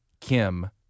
Kim